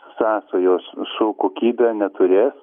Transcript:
sąsajos su kokybe neturės